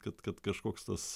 kad kad kažkoks tas